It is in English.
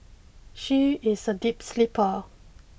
she is a deep sleeper